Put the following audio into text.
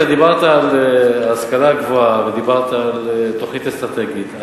אתה דיברת על ההשכלה הגבוהה ודיברת על תוכנית אסטרטגית.